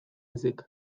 ezik